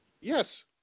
Yes